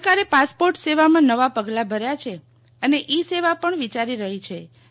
સરકારે પાસપોર્ટ સેવામાં નવાં પગલાં ભર્યા છે અને ઇ સેવા પણ વિચારી રહ્યા છીએ